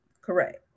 Correct